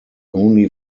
only